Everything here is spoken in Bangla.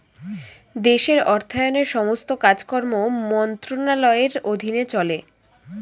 দেশের অর্থায়নের সমস্ত কাজকর্ম মন্ত্রণালয়ের অধীনে চলে